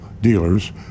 dealers